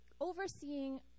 overseeing